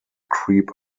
creep